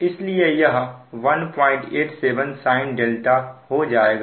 इसलिए यह 187 sin हो जाएगा